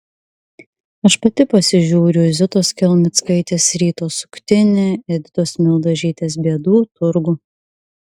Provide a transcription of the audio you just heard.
aš pati pasižiūriu zitos kelmickaitės ryto suktinį editos mildažytės bėdų turgų